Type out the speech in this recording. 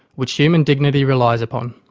which human dignity relies upon.